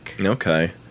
Okay